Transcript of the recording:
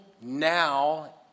now